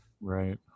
Right